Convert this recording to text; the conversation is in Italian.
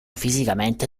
fisicamente